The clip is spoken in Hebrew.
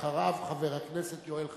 ואחריו, חבר הכנסת יואל חסון,